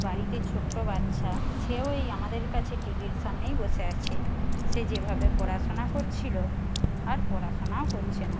বাড়িতে ছোট্ট বাচ্চা সেও এই আমাদের কাছে টিভির সামনেই বসে আছে সে যেভাবে পড়াশোনা করছিলো আর পড়াশোনাও করছে না